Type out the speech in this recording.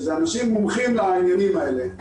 שאלה אנשים מומחים לעניינים האלה,